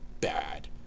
bad